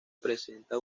presenta